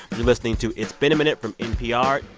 you're listening to it's been a minute from npr.